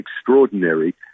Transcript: extraordinary